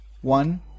One